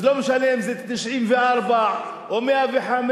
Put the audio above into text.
אז לא משנה אם זה 94 או 105,